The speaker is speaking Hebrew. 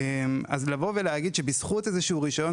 באופן כללי.